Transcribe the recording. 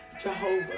jehovah